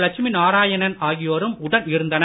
லட்சுமி நாராயணன் ஆகியோரும் உடன் இருந்தனர்